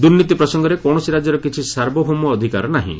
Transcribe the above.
ଦୁର୍ନୀତି ପ୍ରସଙ୍ଗରେ କୌଣସି ରାଜ୍ୟର କିଛି ସାର୍ବଭୌମ ଅଧିକାର ନାହିଁ